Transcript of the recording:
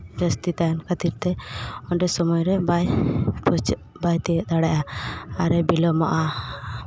ᱡᱟᱹᱥᱛᱤ ᱛᱟᱦᱮᱱ ᱠᱷᱟᱹᱛᱤᱨ ᱛᱮ ᱚᱸᱰᱮ ᱥᱚᱢᱚᱭ ᱨᱮ ᱵᱟᱭ ᱯᱳᱣᱪᱷᱟᱹᱜ ᱵᱟᱭ ᱛᱤᱭᱳᱜ ᱫᱟᱲᱮᱭᱟᱜᱼᱟ ᱟᱨᱮ ᱵᱤᱞᱚᱢᱚᱜᱼᱟ